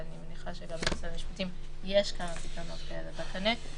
ואני מניחה שגם למשרד המשפטים יש כמה פתרונות כאלה בקנה.